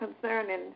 concerning